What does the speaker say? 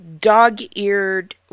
Dog-eared